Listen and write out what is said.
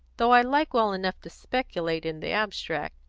though i like well enough to speculate in the abstract.